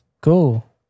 Cool